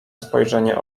spojrzenie